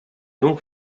donc